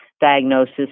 diagnosis